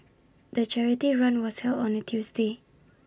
the charity run was held on A Tuesday